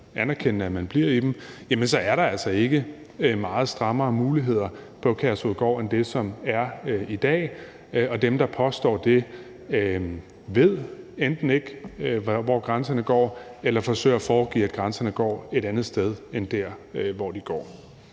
anerkender, at man bliver i dem, jamen så er der altså ikke meget strammere muligheder på Kærshovedgård end det, som gælder i dag. Og dem, der påstår det, ved enten ikke, hvor grænserne går, eller også forsøger de at foregive, at grænserne går et andet sted end der, hvor de går.